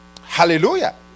hallelujah